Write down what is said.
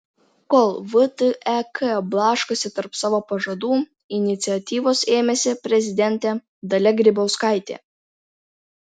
kol vtek blaškosi tarp savo pažadų iniciatyvos ėmėsi prezidentė dalia grybauskaitė